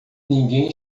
ninguém